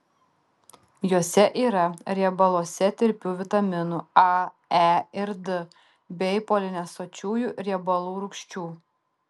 juose yra riebaluose tirpių vitaminų a e ir d bei polinesočiųjų riebalų rūgščių